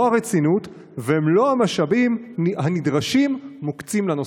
הרצינות ושמלוא המשאבים הנדרשים מוקצים לנושא.